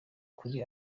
kuri